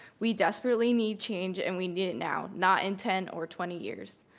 we desperately need change, and we need it now, not in ten or twenty years.